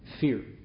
fear